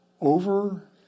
over